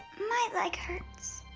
my leg hurts.